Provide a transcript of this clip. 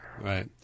right